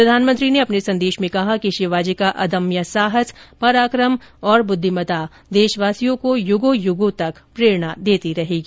प्रधानमंत्री ने अपने संदेश में कहा कि शिवाजी का अदम्य साहस पराकम और बुद्विमता देशवासियों को युगों युगों तक प्रेरणा देती रहेगी